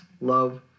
love